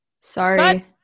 Sorry